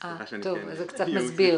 כן,